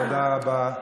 תודה רבה.